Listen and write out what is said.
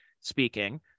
speaking